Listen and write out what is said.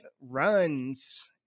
runs